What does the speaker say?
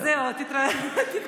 אז זהו, תתכונן.